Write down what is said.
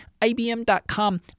IBM.com